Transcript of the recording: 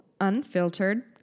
unfiltered